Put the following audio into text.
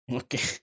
okay